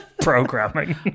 programming